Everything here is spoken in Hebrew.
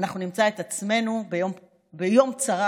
אנחנו נמצא את עצמנו ביום צרה,